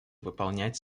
выполнять